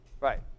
right